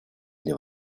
для